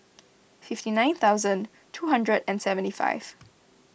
fifty nine thousand two hundred and seventy five